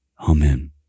Amen